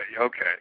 Okay